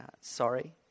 Sorry